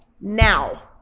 now